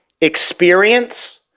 experience